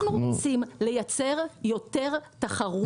אנחנו רוצים לייצר יותר תחרות.